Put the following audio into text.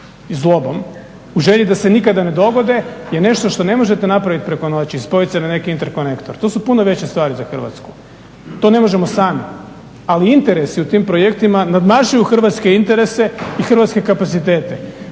i zlobom, u želji da se nikada ne dogode je nešto što ne možete napraviti preko noći, spojiti se na neki interkonektor. To su puno veće stvari za Hrvatsku. To ne možemo sami, ali interesi u tim projektima nadmašuju hrvatske interese i hrvatske kapacitete.